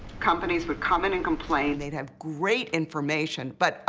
companies would come in and complain. they'd have great information, but, oh,